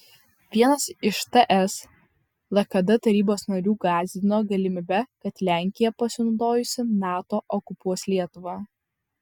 vienas iš ts lkd tarybos narių gąsdino galimybe kad lenkija pasinaudojusi nato okupuos lietuvą